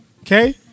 Okay